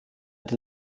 der